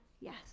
yes